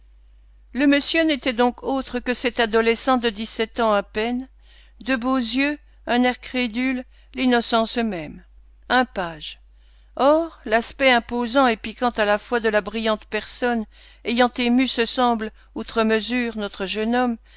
le monsieur n'était donc autre que cet adolescent de dix-sept ans à peine de beaux yeux un air crédule l'innocence même un page or l'aspect imposant et piquant à la fois de la brillante personne ayant ému ce semble outre mesure notre jeune homme